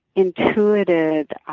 intuited